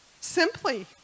Simply